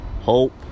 hope